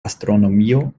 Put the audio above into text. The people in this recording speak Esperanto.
astronomio